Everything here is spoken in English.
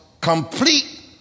complete